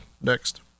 next